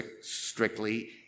strictly